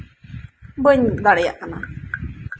ᱵᱟᱹᱧ ᱫᱟᱲᱮᱭᱟᱜ ᱠᱟᱱᱟ